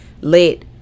let